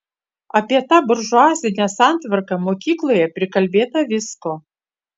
apie tą buržuazinę santvarką mokykloje prikalbėta visko